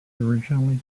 originally